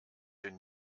den